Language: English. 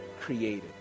created